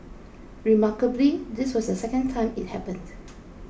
remarkably this was the second time it happened